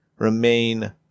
remain